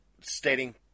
stating